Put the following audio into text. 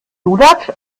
lulatsch